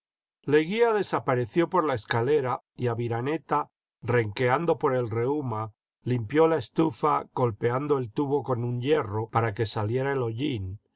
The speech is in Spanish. leguía desapareció por la escalera y aviraneta renqueando por el reúma limpió la estufa golpeando el tubo con un hierro para que saliera el hollín